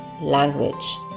language